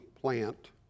plant